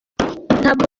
ntabwo